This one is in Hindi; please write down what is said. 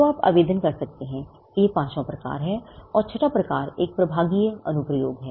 तो आप आवेदन कर सकते हैं कि यह पाँचवाँ प्रकार है और छठा प्रकार एक प्रभागीय अनुप्रयोग है